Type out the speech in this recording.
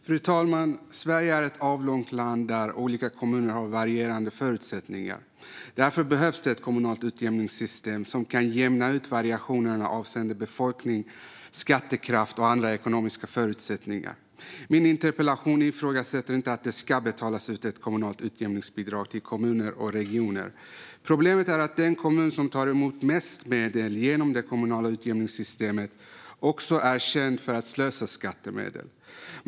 Fru talman! Sverige är ett avlångt land där olika kommuner har varierande förutsättningar. Därför behövs det ett kommunalt utjämningssystem som kan jämna ut variationerna avseende befolkning, skattekraft och andra ekonomiska förutsättningar. Min interpellation ifrågasätter inte att det ska betalas ut ett kommunalt utjämningsbidrag till kommuner och regioner. Problemet är att den kommun som tar emot mest medel genom det kommunala utjämningssystemet också är känd för att slösa skattemedel.